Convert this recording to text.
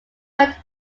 went